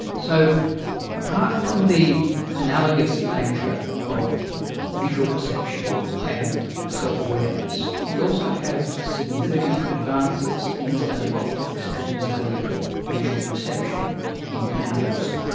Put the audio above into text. so apart from the analogous nature of visual perception and self-awareness, we also have significant advances in the study of optics and in the study of visual perception in animals,